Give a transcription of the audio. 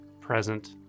present